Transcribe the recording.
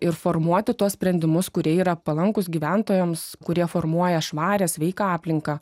ir formuoti tuos sprendimus kurie yra palankūs gyventojams kurie formuoja švarią sveiką aplinką